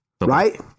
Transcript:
right